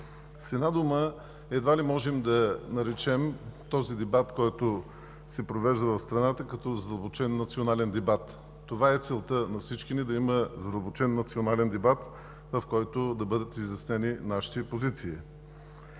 С една дума, едва ли можем да наречем този дебат, който се провежда в страната, като задълбочен национален дебат. Това е целта на всички ни – да има задълбочен национален дебат, в който да бъдат изяснени нашите позиции.